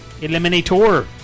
Eliminator